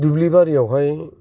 दुब्लि बारियावहाय